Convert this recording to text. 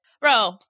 bro